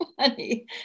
funny